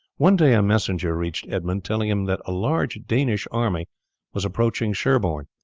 one day a messenger reached edmund telling him that a large danish army was approaching sherborne,